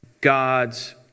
God's